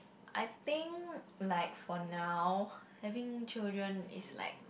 I think like for now having children is like